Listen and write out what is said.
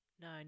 No